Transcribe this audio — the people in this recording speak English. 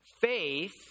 faith